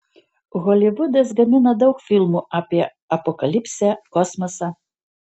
holivudas gamina daug filmų apie apokalipsę kosmosą